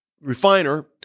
refiner